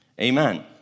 Amen